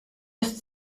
ist